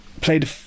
played